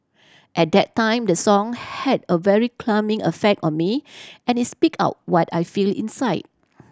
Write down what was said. at that time the song had a very effect on me and it speak out what I feel inside